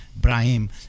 Brahim